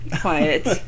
Quiet